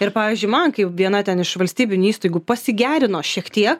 ir pavyzdžiui man kaip viena ten iš valstybinių įstaigų pasigerino šiek tiek